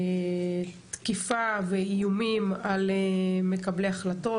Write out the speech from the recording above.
היא תקיפה ואיומים על מקבלי החלטות,